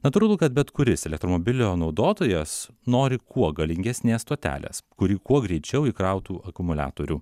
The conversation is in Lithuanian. natūralu kad bet kuris elektromobilio naudotojas nori kuo galingesnės stotelės kuri kuo greičiau įkrautų akumuliatorių